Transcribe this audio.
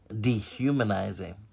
dehumanizing